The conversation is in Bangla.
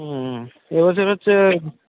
হুম এ বছর হচ্ছে